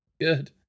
good